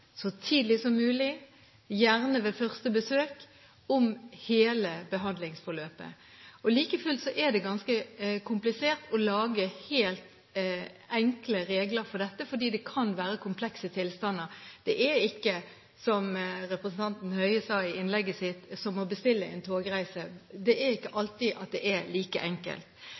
så tidlig som mulig, gjerne ved første besøk – om hele behandlingsforløpet. Like fullt er det ganske komplisert å lage helt enkle regler for dette, fordi det kan være komplekse tilstander. Det er ikke som å bestille en togreise, som representanten Høie sa i innlegget sitt. Det er ikke alltid at det er like enkelt.